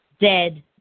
dead